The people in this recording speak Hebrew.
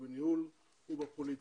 בניהול ובפוליטיקה.